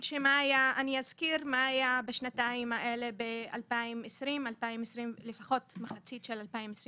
אני אסביר מה היה בשנתיים האלה ב- 2020 ולפחות מחצית של 2021,